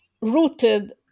rooted